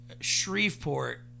Shreveport